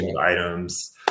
items